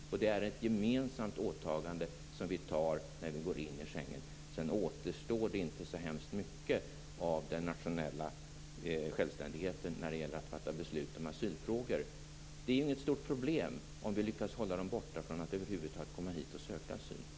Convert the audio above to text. Det är ett gemensamt åtagande som vi tar när vi går in i Schengensamarbetet. Sedan återstår det inte så hemskt mycket av den nationella självständigheten när det gäller att fatta beslut om asylfrågor. Det är ju inget stort problem om vi lyckas att hålla människor borta från att över huvud taget komma hit och söka asyl.